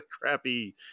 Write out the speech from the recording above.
crappy